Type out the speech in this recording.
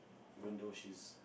even though she's